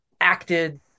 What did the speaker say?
acted